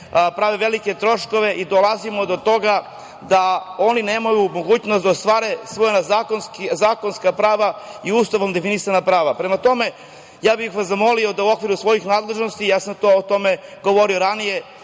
prave velike troškove i dolazimo do toga da oni nemaju mogućnost da ostvare svoja zakonska prava i ustavom definisana prava. Prema tome, ja bih vas zamolio da u okviru svojih nadležnosti, ja sam o tome govorio ranije,